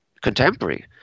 contemporary